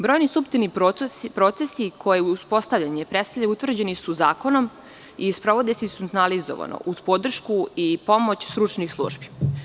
Brojni suptilni procesi, koji su uspostavljeni, utvrđeni su zakonom i sprovede se institucionalizovano, uz podršku i pomoć stručnih službi.